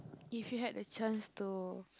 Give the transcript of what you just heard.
if you had the chance to